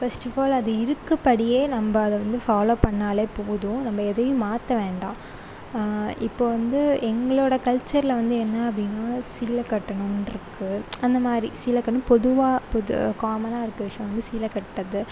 first of all அது இருக்கப்படியே நம்ம அதை வந்து ஃபாலோ பண்ணிணாலே போதும் நம்ம எதையும் மாற்ற வேண்டாம் இப்போது வந்து எங்களோட கல்ச்சரில் வந்து என்ன அப்படின்னா சீலை கட்டணும்ன்னு இருக்குது அந்த மாதிரி சீலை கட்டணும் பொதுவாக பொது காமனாக இருக்க விஷயம் வந்து சீலை கட்டுறது